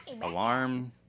Alarm